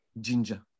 Ginger